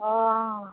অ